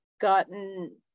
gotten